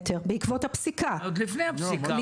עוד לפני הפסיקה.